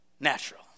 Natural